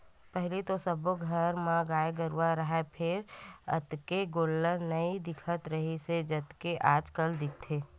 पहिली तो सब्बो घर म गाय गरूवा राहय फेर अतेक गोल्लर नइ दिखत रिहिस हे जतेक आजकल दिखथे